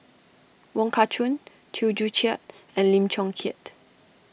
Wong Kah Chun Chew Joo Chiat and Lim Chong Keat